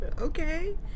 okay